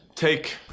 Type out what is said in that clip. Take